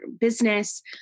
business